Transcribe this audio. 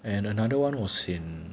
and another one was in